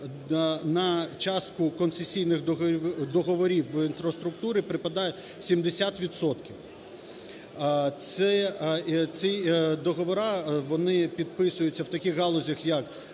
на частку концесійних договорів в інфраструктурі припадає 70 відсотків. Ці договори вони підписуються в таких галузях, як